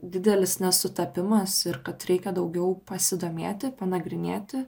didelis nesutapimas ir kad reikia daugiau pasidomėti panagrinėti